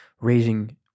raising